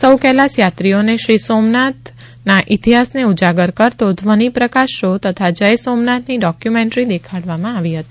સૌ કૈલાસ થાત્રીઓને શ્રી સોમનાથના ઇતિહાસને ઉજાગર કરતો ધ્વનિપ્રકાશ શો તથા જય સોમનાથ ની ડોક્યુમેન્ટરી દેખાડવામાં આવી હતી